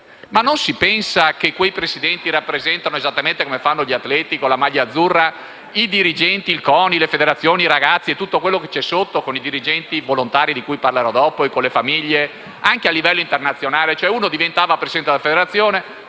non si pensa che quei presidenti rappresentano, esattamente come fanno gli atleti con la maglia azzurra, i dirigenti, il CONI, le federazioni, i ragazzi e tutto quello che c'è sotto tra cui i volontari - di cui parlerò dopo - e le famiglie, anche a livello internazionale? Uno diventava presidente della federazione,